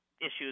issues